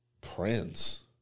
Prince